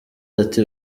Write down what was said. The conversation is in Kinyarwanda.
ati